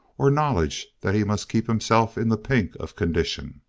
or knowledge that he must keep himself in the pink of condition.